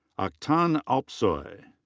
aktan alpsoy.